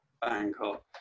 Bangkok